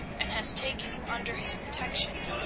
and has taken you under his protection.